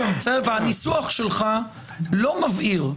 והניסוח שלך לא מבהיר.